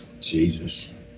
Jesus